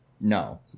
no